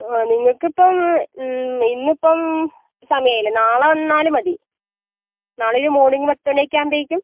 നിങ്ങക്കിപ്പം ഇന്നിപ്പം സമയമില്ലേ നാളെ വന്നാലും മതി നാളെയൊരു മോണിങ്ങ് പത്ത് മണിയൊക്കെ ആകുമ്പോഴേക്കും